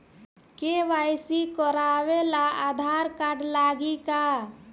KYC करावे ला Aadhaar card लागी का?